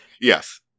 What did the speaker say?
yes